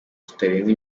kitarenze